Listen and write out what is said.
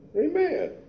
Amen